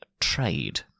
trade